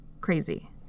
Crazy